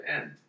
end